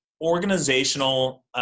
organizational